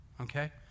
okay